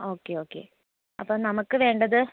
okay okay അപ്പം നമുക്ക് വേണ്ടത്